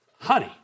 honey